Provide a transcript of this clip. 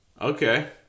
Okay